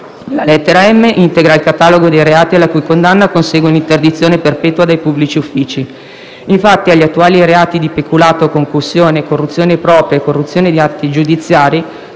La lettera *m)* integra il catalogo dei reati alla cui condanna consegue l'interdizione perpetua dai pubblici uffici. Infatti, agli attuali reati di peculato, concussione, corruzione propria e corruzione in atti giudiziari,